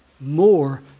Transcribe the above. more